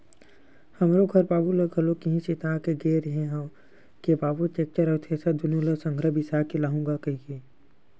हमरो घर बाबू ल घलोक इहीं चेता के गे रेहे हंव के बाबू टेक्टर अउ थेरेसर दुनो ल संघरा बिसा के लाहूँ गा कहिके